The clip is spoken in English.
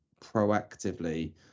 proactively